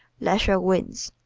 leisure wins.